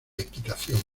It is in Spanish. equitación